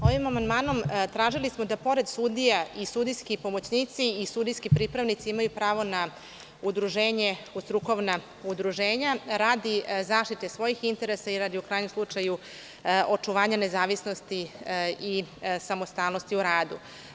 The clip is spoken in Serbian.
Ovim amandmanom tražili smo da pored sudija i sudijski pomoćnici pripravnici imaju pravo na udruženje u strukovna udruženja, radi zaštite svojih interesa i u krajnjom slučaju očuvanja nezavisnosti i samostalnosti u radu.